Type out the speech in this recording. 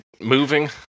moving